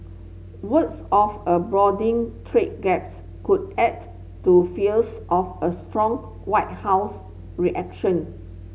words of a broadening trade gaps could add to fears of a strong White House reaction